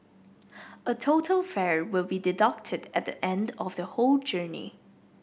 a total fare will be deducted at the end of the whole journey